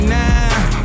now